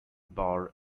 bar